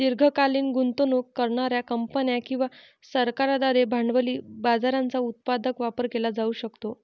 दीर्घकालीन गुंतवणूक करणार्या कंपन्या किंवा सरकारांद्वारे भांडवली बाजाराचा उत्पादक वापर केला जाऊ शकतो